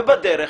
ובדרך,